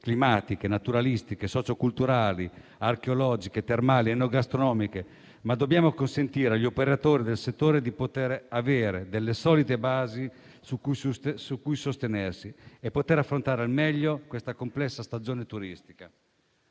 climatiche, naturalistiche, socioculturali, archeologiche, termali ed enogastronomiche. Dobbiamo però consentire agli operatori del settore di avere delle solide basi su cui sostenersi e poter affrontare al meglio questa complessa stagione turistica.